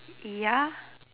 ya